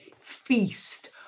Feast